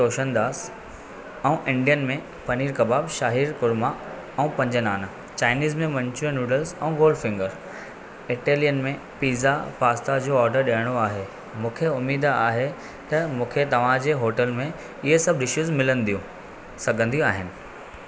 रोशनदास ऐं इंडियन में पनीर कबाब शाहिर कोरमा ऐं पंजनाना चाइनीज़ में मंचुरिअन नूडल्स ऐं गोल्ड फिंगर इटैलियन में पिज़्ज़ा पास्ता जो ओडर ॾेयणो आहे मूंखे उम्मीद आहे त मूंखे तव्हांजे होटल में इहे सभु डिशिज़ मिलंदियूं सघंदियूं आहिनि